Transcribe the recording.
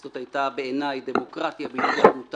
זאת הייתה בעיניי דמוקרטיה בהתגלמותה,